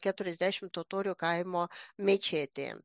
keturiasdešimt totorių kaimo mečetėje